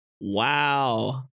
Wow